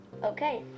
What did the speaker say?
Okay